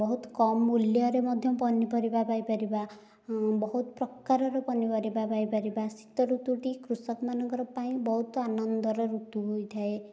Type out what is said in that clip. ବହୁତ କମ୍ ମୂଲ୍ୟରେ ମଧ୍ୟ ପନିପରିବା ପାଇପାରିବା ବହୁତ ପ୍ରକାରର ପନିପରିବା ପାଇପାରିବା ଶୀତ ଋତୁଟି କୃଷକମାନଙ୍କର ପାଇଁ ବହୁତ ଆନନ୍ଦର ଋତୁ ହୋଇଥାଏ